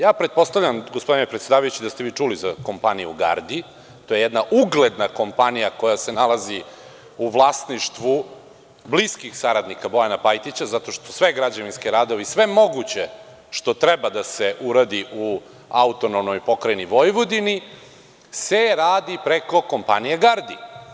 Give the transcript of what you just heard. Ja pretpostavljam, gospodine predsedavajući, da ste vi čuli za kompaniju „Gardi“, to je jedna ugleda kompanija koja se nalazi u vlasništvu bliskih saradnika Bojana Pajtića, zato što svi građevinski radovi, sve moguće što treba da se uradi u AP Vojvodini, se radi preko kompanije „Gardi“